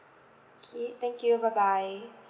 okay thank you bye bye